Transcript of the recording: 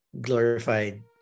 glorified